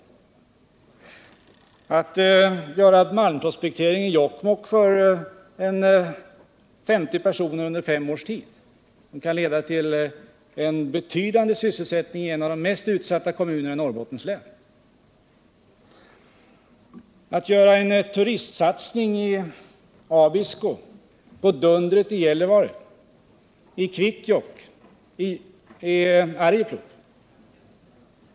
Det gäller härutöver malmprospektering i Jokkmokk för ett femtiotal personer under fem års tid. Det kan leda till en betydande sysselsättning i en av de mest utsatta kommunerna i Norrbottens län. Vidare föreslår vi en turistsatsning i Abisko, på Dundret i Gällivare, i Kvikkjokk och i Arjeplog.